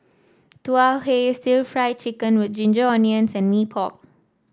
Tau Huay stir Fry Chicken with Ginger Onions and Mee Pok